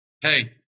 hey